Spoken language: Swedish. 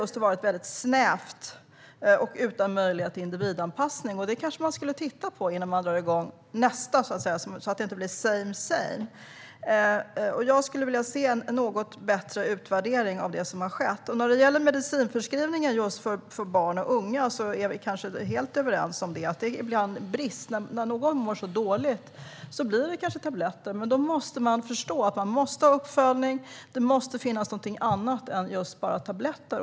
Allt har varit väldigt snävt, och det har inte funnits någon möjlighet till individanpassning. Detta borde man kanske titta på innan nästa utredning dras igång, så att det inte blir same same. Jag vill se en bättre utvärdering av det som har skett. Vad gäller medicinförskrivning för barn och unga är vi nog helt överens. När någon mår väldigt dåligt blir det kanske tabletter. Men man måste förstå att det då krävs en uppföljning och att det måste finnas något annat än tabletter.